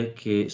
che